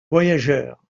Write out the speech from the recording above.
voyageur